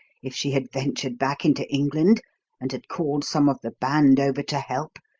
if she had ventured back into england and had called some of the band over to help.